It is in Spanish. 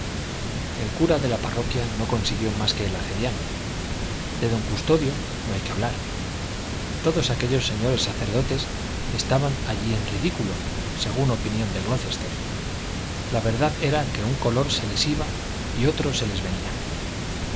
el cura de la parroquia no consiguió más que el arcediano de don custodio no hay que hablar todos aquellos señores sacerdotes estaban allí en ridículo según opinión de glocester la verdad era que un color se les iba y otro se les venía